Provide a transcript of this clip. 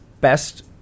best –